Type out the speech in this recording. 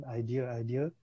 idea-idea